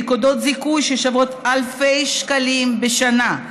נקודות זיכוי ששוות אלפי שקלים בשנה,